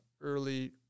early